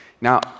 Now